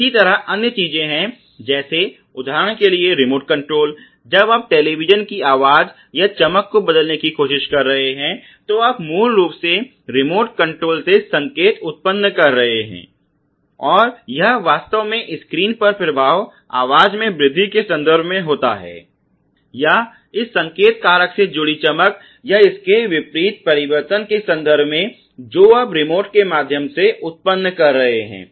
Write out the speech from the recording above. इसी तरह अन्य चीजें हैं जैसे उदाहरण के लिए रिमोट कंट्रोल जब आप टेलीविज़न की आवाज़ या चमक को बदलने की कोशिश कर रहे हैं तो आप मूल रूप से रिमोट कंट्रोल से संकेत उत्पन्न कर रहे हैं और यह वास्तव में स्क्रीन पर प्रभाव आवाज़ में वृद्धि के संदर्भ में होता है या इस संकेत कारक से जुड़ी चमक या इसके विपरीत परिवर्तन के संदर्भ में जो आप रिमोट के माध्यम से उत्पन्न कर रहे हैं